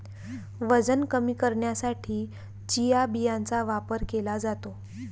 वजन कमी करण्यासाठी चिया बियांचा वापर केला जातो